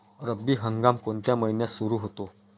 रब्बी हंगाम कोणत्या महिन्यात सुरु होतो?